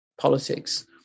politics